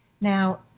Now